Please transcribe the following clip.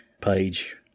page